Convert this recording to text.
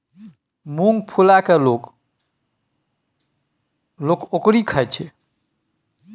मुँग फुलाए कय लोक लोक ओकरी खाइत छै